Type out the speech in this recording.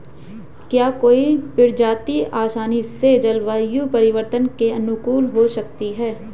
क्या कोई प्रजाति आसानी से जलवायु परिवर्तन के अनुकूल हो सकती है?